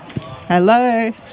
Hello